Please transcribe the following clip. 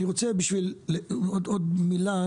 עוד מילה,